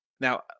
now